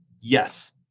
yes